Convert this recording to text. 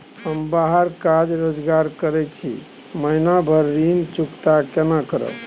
हम बाहर काज रोजगार करैत छी, महीना भर ऋण चुकता केना करब?